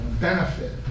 benefit